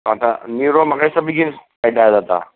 आतां निरो म्हाका दिसता बेगीन पेड्ड्यार जाता